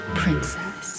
princess